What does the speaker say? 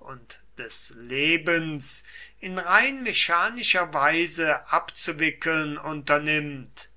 und des lebens in rein mechanischer weise abzuwickeln unternimmt